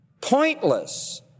pointless